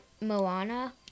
Moana